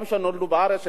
גם שנולדו בארץ,